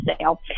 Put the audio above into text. sale